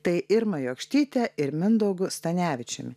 tai irma jokštyte ir mindaugu stanevičiumi